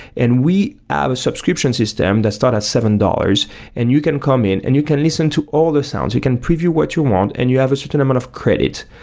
and we ah have a subscription system that start at seven dollars and you can come in and you can listen to all the sounds. you can preview what you want and you have a certain amount of credit.